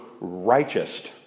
righteous